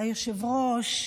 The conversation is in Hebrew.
היושב-ראש,